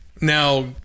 Now